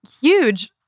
huge